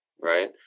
right